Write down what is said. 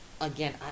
Again